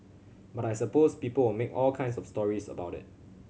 but I suppose people will make all kinds of stories about it